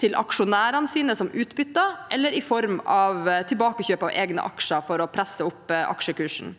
til aksjonærene sine som utbytte eller i form av tilbakekjøp av egne aksjer for å presse opp aksjekursen.